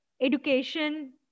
education